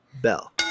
bell